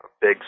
big